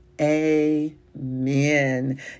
amen